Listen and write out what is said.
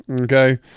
Okay